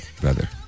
brother